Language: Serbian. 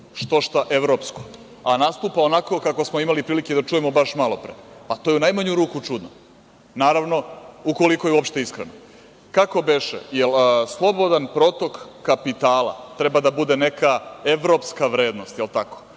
što šta evropskom, a nastupa onako kako smo imali prilike da čujemo baš malopre, pa to je u najmanju ruku čudno, naravno ukoliko je uopšte iskreno. Kako beše, jel slobodan protok kapitala treba da bude neka evropska vrednost, jel tako,